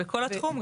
בכל התחום?